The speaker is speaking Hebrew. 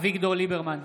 בעד יאיר לפיד, בעד טטיאנה